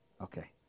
Okay